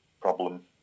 problem